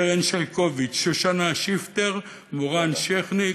קרן שייקביץ, שושנה שיפטר, מורן שכניק,